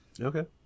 Okay